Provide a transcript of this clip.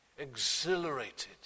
Exhilarated